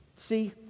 See